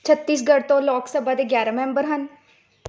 ਛੱਤੀਸਗੜ੍ਹ ਤੋਂ ਲੋਕ ਸਭਾ ਦੇ ਗਿਆਰਾਂ ਮੈਂਬਰ ਹਨ